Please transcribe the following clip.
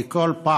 כי כל פעם,